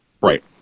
Right